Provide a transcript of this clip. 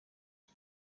iki